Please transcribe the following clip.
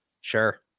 Sure